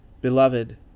Beloved